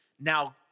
Now